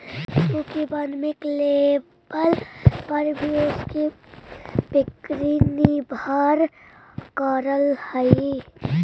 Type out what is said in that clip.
वस्तु की वर्णात्मक लेबल पर भी उसकी बिक्री निर्भर करअ हई